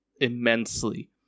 immensely